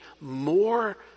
more